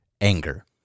anger